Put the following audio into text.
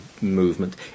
movement